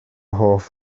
hoff